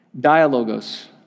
Dialogos